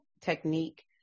technique